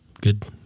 Good